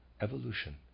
evolution